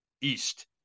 East